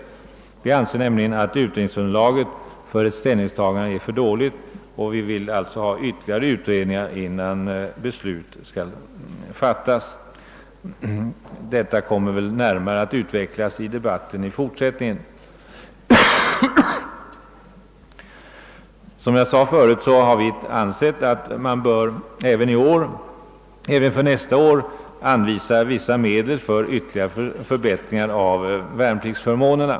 Vi anser nämligen att utredningsunderlaget för ett ställningstagande är för dåligt, och vi vill alltså ha ytterligare utredningar innan beslut fattas i denna fråga. Detta kommer väl att närmare utvecklas i den fortsatta debatten. Som jag sade förut har vi ansett att man även för nästa år bör anvisa vissa medel för ytterligare förbättring av värnpliktsförmånerna.